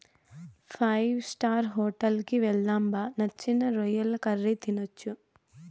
five star hotel కి వెళ్దాం బా నచ్చిన రొయ్యల కర్రీ తినొచ్చు